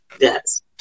Yes